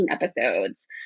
episodes